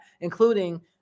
including